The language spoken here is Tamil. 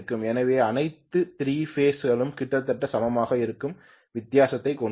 எனவே அனைத்து 3 பேஸ் களும் கிட்டத்தட்ட சமமாக இருக்கும் வித்தியாசத்தைக் கொண்டிருக்கும்